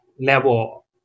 level